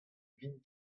vin